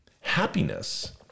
happiness